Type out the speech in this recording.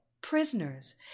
prisoners